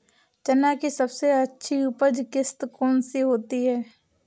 चना की सबसे अच्छी उपज किश्त कौन सी होती है?